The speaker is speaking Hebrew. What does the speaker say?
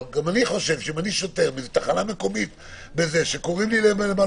אבל גם אני חושב שאם אני שוטר באיזו תחנה מקומית וקוראים לי למלון,